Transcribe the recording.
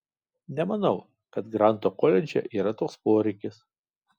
nemanau kad granto koledže yra toks poreikis